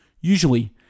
Usually